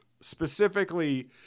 Specifically